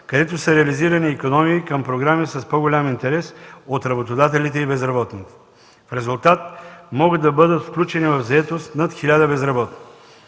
където са реализирани икономии, към програми с по-голям интерес от работодателите и безработните. В резултат могат да бъдат включени в заетост над 1000 безработни.